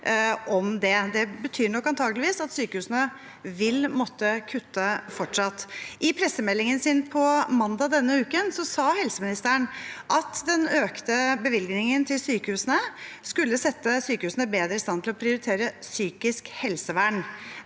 Det betyr antakeligvis at sykehusene fortsatt vil måtte kutte. I pressemeldingen på mandag denne uken sa helseministeren at den økte bevilgningen til sykehusene skulle sette sykehusene bedre i stand til å prioritere psykisk helsevern.